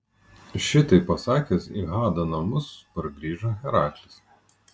šitai pasakęs į hado namus pargrįžo heraklis